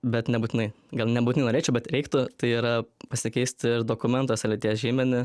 bet nebūtinai gal nebūtinai norėčiau bet reiktų tai yra pasikeisti ir dokumentuose lyties žymenį